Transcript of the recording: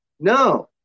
No